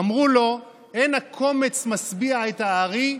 אמרו לו: "אין הקומץ משביע את הארי,